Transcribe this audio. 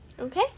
Okay